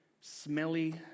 smelly